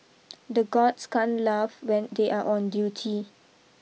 the guards can't laugh when they are on duty